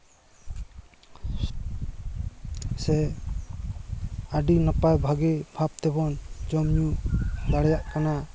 ᱥᱮ ᱟᱹᱰᱤ ᱱᱟᱯᱟᱭ ᱵᱷᱟᱜᱮ ᱵᱷᱟᱵᱽ ᱛᱮᱵᱚᱱ ᱡᱚᱢᱼᱧᱩ ᱫᱟᱲᱮᱭᱟᱜ ᱠᱟᱱᱟ